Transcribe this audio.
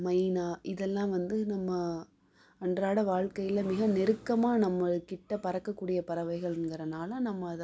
மைனா இதெல்லாம் வந்து நம்ம அன்றாடய வாழ்க்கையில மிக நெருக்கமாக நம்ம கிட்டே பறக்க கூடிய பறவைகள்ங்கிறனால நம்ம அதை வந்து